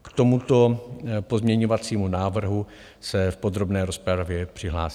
K tomuto pozměňovacímu návrhu se v podrobné rozpravě přihlásím.